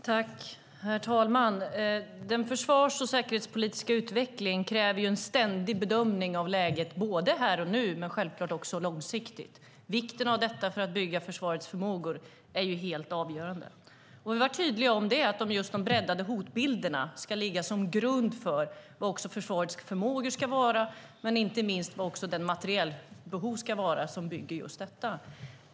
Herr talman! Den försvars och säkerhetspolitiska utvecklingen kräver en ständig bedömning av läget här och nu men självklart också långsiktigt. Vikten av detta för att bygga försvarets förmågor är helt avgörande. Vi var tydliga med att just de breddade hotbilderna ska ligga till grund för vad försvarets förmågor ska vara och inte minst vad materielbehovet ska vara, som bygger just detta.